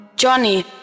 Johnny